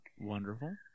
Wonderful